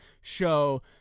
show